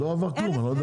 לא עבר כלום.